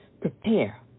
prepare